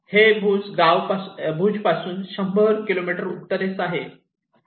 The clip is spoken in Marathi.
हे गाव भुजपासून १०० किलोमीटर उत्तरेस आहे